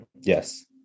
Yes